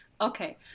okay